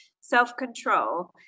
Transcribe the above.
self-control